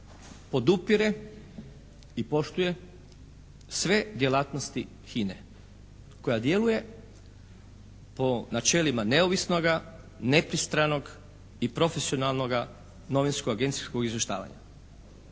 podupire i poštuje sve djelatnosti HINA-e koja djeluje po načelima neovisnoga, nepristranog i profesionalnoga novinsko-agencijskog izvještavanja.